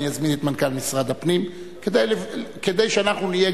אני אזמין את מנכ"ל משרד הפנים כדי שאנחנו נהיה